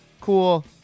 cool